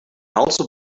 also